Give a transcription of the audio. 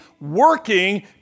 working